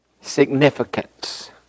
Significance